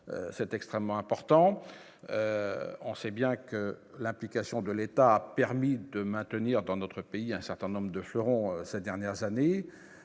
c'est extrêmement important, on sait bien que l'application de l'État a permis de maintenir dans notre pays a un certain nombre de fleurons 7 dernières années,